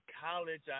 college